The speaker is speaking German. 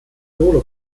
solo